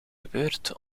gebeurd